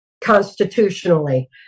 constitutionally